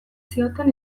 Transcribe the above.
zioten